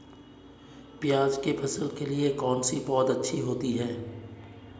प्याज़ की फसल के लिए कौनसी पौद अच्छी होती है?